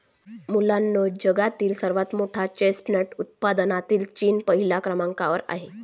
मुलांनो जगातील सर्वात मोठ्या चेस्टनट उत्पादनात चीन पहिल्या क्रमांकावर आहे